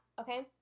okay